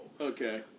Okay